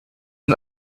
and